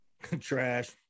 Trash